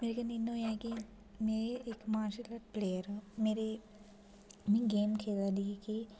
मेरे कन्नै इ'यां होएआ कि में इक मार्शल आर्ट प्लेयर में गेम खेढै दी ही